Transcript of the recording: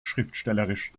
schriftstellerisch